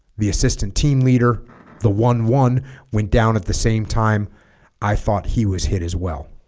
the assistant team leader the one one went down at the same time i thought he was hit as well